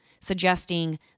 suggesting